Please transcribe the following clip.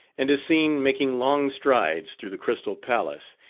and is seen making long strides through the crystal palace,